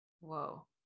Whoa